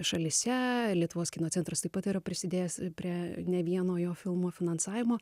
šalyse lietuvos kino centras taip pat yra prisidėjęs prie ne vieno jo filmų finansavimo